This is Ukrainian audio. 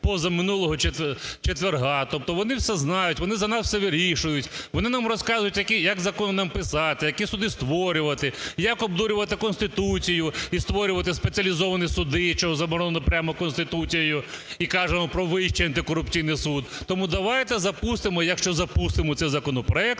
позаминулого четверга. Тобто вони все знають, вони за нас все вирішують, вони нам розказують, як закони нам писати, які суди створювати, як обдурювати Конституцію і створювати спеціалізовані суди, що заборонено прямо Конституцією, і кажемо про Вищий антикорупційний суд. Тому давайте запустимо, якщо запустимо цей законопроект,